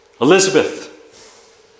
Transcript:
Elizabeth